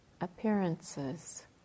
appearances